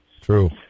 True